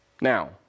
Now